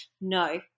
no